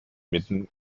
mitten